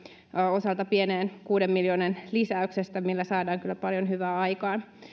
osalta pienestä kuuden miljoonan lisäyksestä millä saadaan kyllä paljon hyvää aikaan